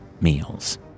meals